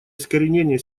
искоренения